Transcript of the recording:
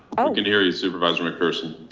um can hear you supervisor mcpherson.